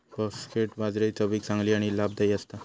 foxtail बाजरी चवीक चांगली आणि लाभदायी असता